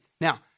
Now